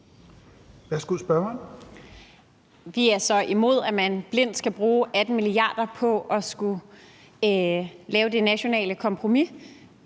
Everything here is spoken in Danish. Vi er så imod, at man blindt skal bruge 18 mia. kr. på det nationale kompromis,